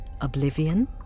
Oblivion